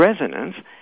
resonance